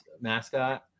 mascot